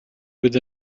with